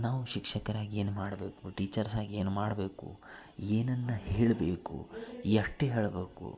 ನಾವು ಶಿಕ್ಷಕರಾಗಿ ಏನು ಮಾಡಬೇಕು ಟೀಚರ್ಸ್ ಆಗಿ ಏನು ಮಾಡಬೇಕು ಏನನ್ನು ಹೇಳಬೇಕು ಎಷ್ಟು ಹೇಳಬೇಕು